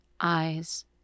eyes